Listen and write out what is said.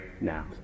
now